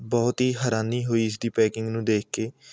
ਬਹੁਤ ਹੀ ਹੈਰਾਨੀ ਹੋਈ ਇਸਦੀ ਪੈਕਿੰਗ ਨੂੰ ਦੇਖ ਕੇ